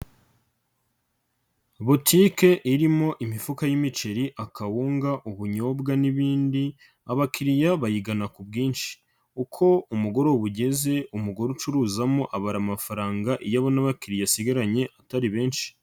Butike irimo imifuka y'imiceri, akawunga, ubunyobwa n'ibindi abakiriya bayigana ku bwinshi, uko umugoroba ugeze umugore ucuruzamo abara amafaranga iyo abona abakiriya asigaranye atari benshi.